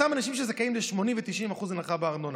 אותם אנשים שזכאים ל-80% ו-90% הנחה בארנונה,